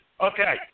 Okay